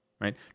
right